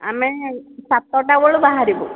ଆମେ ସାତଟା ବେଳୁ ବାହାରିବୁ